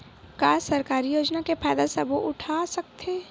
का सरकारी योजना के फ़ायदा सबो उठा सकथे?